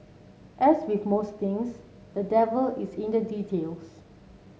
as with most things the devil is in the details